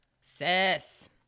sis